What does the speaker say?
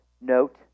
note